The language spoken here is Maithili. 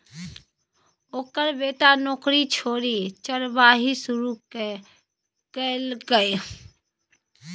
ओकर बेटा नौकरी छोड़ि चरवाही शुरू केलकै